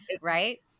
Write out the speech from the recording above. Right